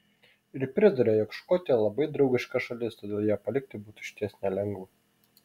ir priduria jog škotija labai draugiška šalis todėl ją palikti būtų išties nelengva